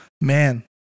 Man